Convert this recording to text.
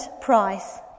price